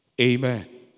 Amen